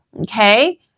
okay